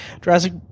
jurassic